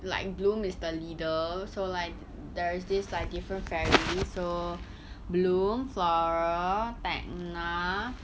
like bloom is the leader so like there is this like different fairy bloom flora techna